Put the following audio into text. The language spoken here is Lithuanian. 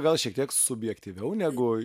gal šiek tiek subjektyviau negu